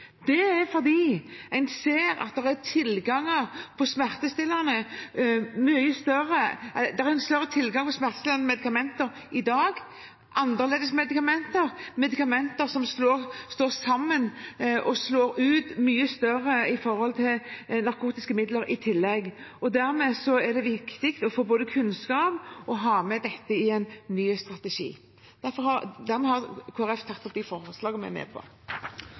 Det er fordi en ser at det er større tilgang på smertestillende medikamenter i dag, annerledes medikamenter, medikamenter som sammen slår ut mye sterkere enn narkotiske midler. Derfor er det viktig både å få kunnskap og å ha med dette i en ny strategi. Antallet overdosedødsfall i Norge er skremmende høyt. Det er alle i denne salen enige om, og jeg er